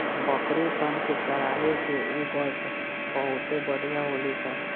बकरी सन के चरावे से उ बहुते बढ़िया होली सन